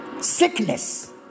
Sickness